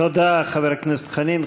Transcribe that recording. תודה, חבר הכנסת חנין.